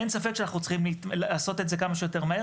אין ספק שאנחנו צריכים לעשות את זה כמה שיותר מהר,